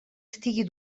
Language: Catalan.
estigui